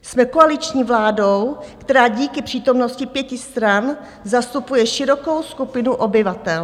Jsme koaliční vládou, která díky přítomnosti pěti stran zastupuje širokou skupinu obyvatel.